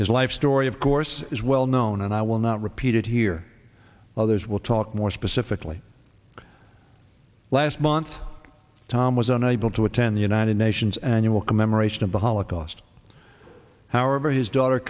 his life story of course is well known and i will not repeat it here others will talk more specifically last month tom was unable to attend the united nations annual commemoration of the holocaust however his daughter